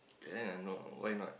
can I why not